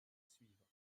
suivant